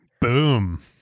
Boom